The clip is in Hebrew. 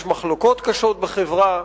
יש מחלוקות קשות בחברה.